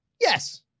yes